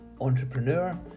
entrepreneur